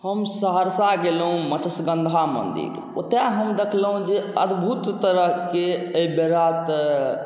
हम सहरसा गेलहुँ मत्स्यगन्धा मन्दिर ओतऽ हम देखलहुँ जे अद्भुत तरहके एहि बेरा तऽ